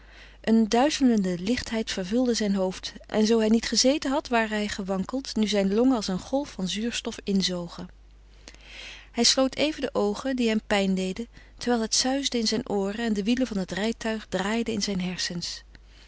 een duizelende lichtheid vervulde zijn hoofd en zoo hij niet gezeten had ware hij gewankeld nu zijn longen als een golf van zuurstof inzogen hij sloot even de oogen die hem pijn deden terwijl het suisde in zijn ooren en de wielen van het rijtuig draaiden in zijn hersens